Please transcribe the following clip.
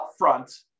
upfront